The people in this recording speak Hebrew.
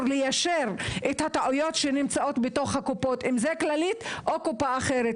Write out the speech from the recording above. ליישר את הטעויות שנמצאות בתוך הקופות בין אם זו כללית או קופה אחרת.